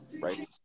Right